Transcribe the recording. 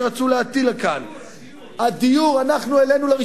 נלחמנו נגד מס הבצורת שרצו להטיל כאן.